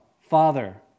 Father